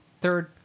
third